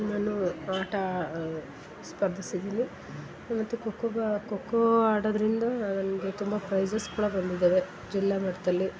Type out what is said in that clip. ನಾನು ಆಟ ಸ್ಪರ್ಧಿಸಿದ್ದೀನಿ ನಂಗಂತು ಖೋಖೋ ಖೋಖೋ ಆಡೋದರಿಂದ ನನಗೆ ತುಂಬ ಪ್ರೈಸಸ್ ಕೂಡ ಬಂದಿದಾವೆ ಜಿಲ್ಲಾ ಮಟ್ಟದಲ್ಲಿ